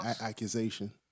accusation